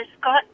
Scott